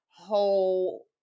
whole